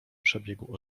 przebiegł